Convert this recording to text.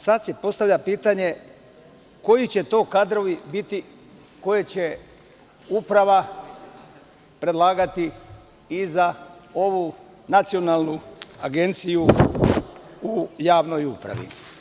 Sad se postavlja pitanje koji će to kadrovi biti koje će uprava predlagati i za ovu Nacionalnu agenciju u javnoj upravi?